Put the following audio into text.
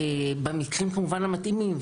במקרים כמובן המתאימים,